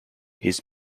his